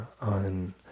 on